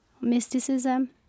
mysticism